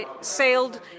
sailed